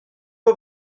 pas